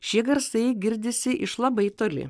šie garsai girdisi iš labai toli